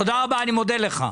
תודה רבה, אני מודה לך.